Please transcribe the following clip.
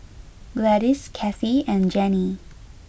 Gladis Kathie and Gennie